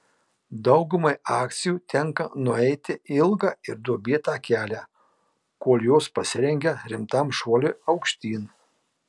daugumai akcijų tenka nueiti ilgą ir duobėtą kelią kol jos pasirengia rimtam šuoliui aukštyn